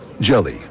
Jelly